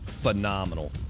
phenomenal